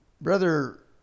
Brother